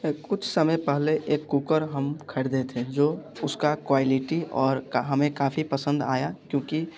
कुछ समय पहले एक कुकर हम ख़रीदे थे जो उसका क्वालिटी और हमें काफ़ी पसंद आया क्योंकि